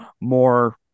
More